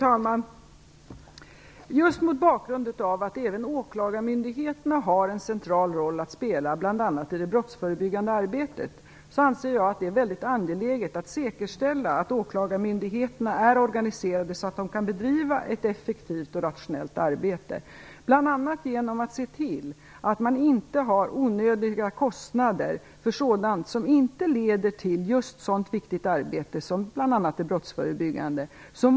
Fru talman! Just mot bakgrund av att även åklagarmyndigheterna har en central roll att spela bl.a. i det brottsförebyggande arbetet anser jag att det är mycket angeläget att säkerställa att åklagarmyndigheterna är organiserade så att de kan bedriva ett effektivt och rationellt arbete. Det gör man bl.a. genom att se till att man inte har onödiga kostnader för sådant som inte är just sådant viktigt arbete som bl.a. det brottsförebyggande arbetet.